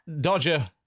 Dodger